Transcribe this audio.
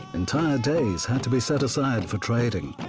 entire days had to be set aside for trading.